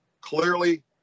clearly